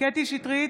קטי קטרין שטרית,